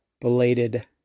belated